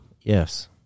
Yes